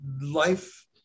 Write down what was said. Life